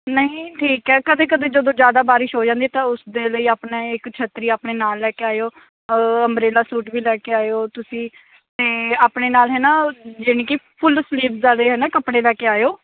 ਨਹੀਂ ਠੀਕ ਹੈ ਕਦੇ ਕਦੇ ਜਦੋਂ ਜ਼ਿਆਦਾ ਬਾਰਿਸ਼ ਹੋ ਜਾਂਦੀ ਤਾਂ ਉਸਦੇ ਲਈ ਆਪਣਾ ਇੱਕ ਛੱਤਰੀ ਆਪਣੇ ਨਾਲ ਲੈ ਕੇ ਆਇਓ ਅੰਬਰੇਲਾ ਸੂਟ ਵੀ ਲੈ ਕੇ ਆਇਓ ਤੁਸੀਂ ਅਤੇ ਆਪਣੇ ਨਾਲ ਹੈਨਾ ਜਾਨੀ ਕਿ ਫੁੱਲ ਸਲੀਵਜ਼ ਵਾਲੇ ਹੈਨਾ ਕੱਪੜੇ ਲੈ ਕੇ ਆਇਓ